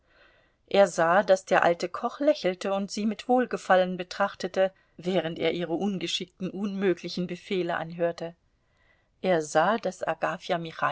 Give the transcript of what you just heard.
er sah daß der alte koch lächelte und sie mit wohlgefallen betrachtete während er ihre ungeschickten unmöglichen befehle anhörte er sah daß agafja